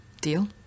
Deal